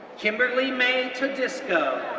kimberly mae todisco,